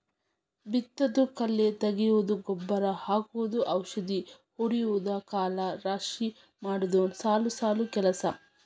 ಬಿತ್ತುದು ಕಳೆ ತಗಿಯುದು ಗೊಬ್ಬರಾ ಹಾಕುದು ಔಷದಿ ಹೊಡಿಯುದು ಕಾಳ ರಾಶಿ ಮಾಡುದು ಸಾಲು ಸಾಲು ಕೆಲಸಾ